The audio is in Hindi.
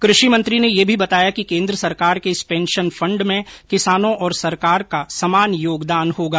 कृषि मंत्री ने यह भी बताया कि केन्द्र सरकार के इस पेंशन फंड में किसानों और सरकार का समान योगदान होगा